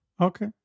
Okay